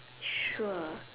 sure